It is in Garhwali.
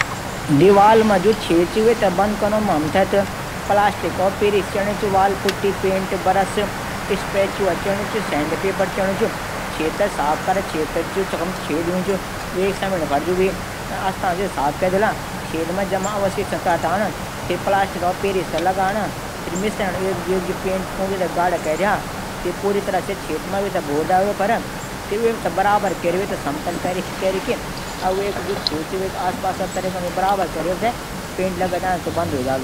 दीवाल मा जू छेद चा बंद कनू कुणे प्लास्टिक औफ पेरिस चैणू चा। वालपुटटी पेंट बर्स स्पेचुआ चैणू चा। पैली छेद साफ कारा फिर छेद मा जो अवशेष छन। ऊथै हटाण। फिर प्लास्टिक पेरिस लगाण फिर पेंट लगै द्या।